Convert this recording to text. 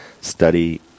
study